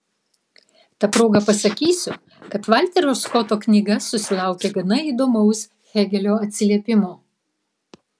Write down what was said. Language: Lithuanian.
ta proga pasakysiu kad valterio skoto knyga susilaukė gana įdomaus hėgelio atsiliepimo